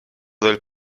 del